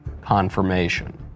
confirmation